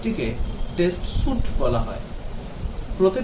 এখন আসুন আমরা কয়েকটি প্রাথমিক ধারণাটি শুরু করি যা আমরা গত সেশনে আলোচনা করছিলাম